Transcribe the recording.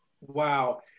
Wow